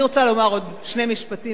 אני רוצה לומר עוד שני משפטים,